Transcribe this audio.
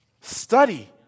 Study